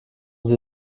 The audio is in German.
sie